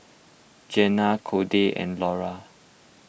Gena Codey and Lora